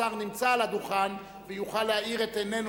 השר נמצא על הדוכן ויוכל להאיר את עינינו